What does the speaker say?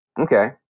Okay